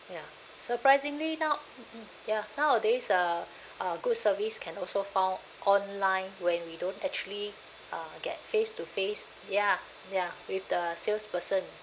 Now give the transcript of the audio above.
ya surprisingly now mm mm ya nowadays uh uh good service can also found online when we don't actually uh get face to face ya ya with the salesperson